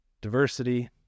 diversity